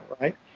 right